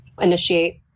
initiate